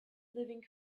living